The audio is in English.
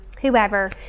whoever